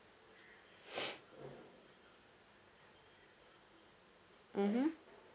mmhmm